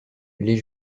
les